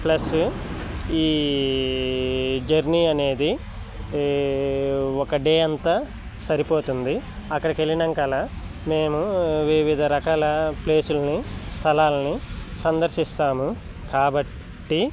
plus ఈ journey అనేది ఒక డే అంతా సరిపోతుంది అక్కడికెళ్ళినాక మేము వివిధ రకాల ప్లేసులని స్థలాలని సందర్శిస్తాము కాబట్టి